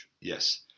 Yes